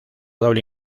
doble